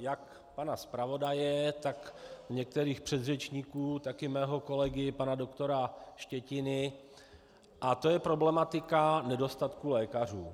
jak pana zpravodaje, tak některých předřečníků, tak i mého kolegy pana doktora Štětiny, a to je problematika nedostatku lékařů.